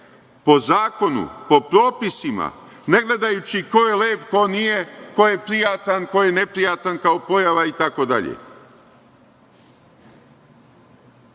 po zakonu, po propisima, negledajući ko je lep, ko nije, ko je prijatan, ko je neprijatan kao pojava itd.